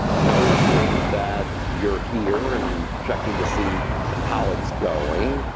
noticing that you're here, and checking to see how it's going,